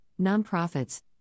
nonprofits